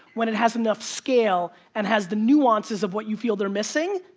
when it has enough scale and has the nuances of what you feel they're missing,